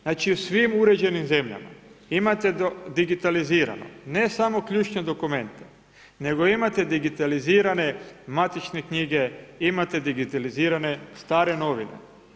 Znači u svim uređenim zemljama imate digitalizirano ne samo ključne dokumente, nego imate digitalizirane matične knjige, imate digitalizirane stare novine.